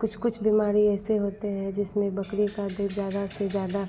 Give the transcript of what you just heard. कुछ कुछ बिमारी ऐसे होते हैं जिसमें बकरी का दूध ज़्यादा से ज़्यादा